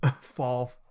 fall